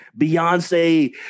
Beyonce